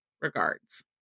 regards